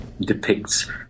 depicts